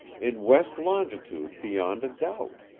in west longitude beyond a doubt.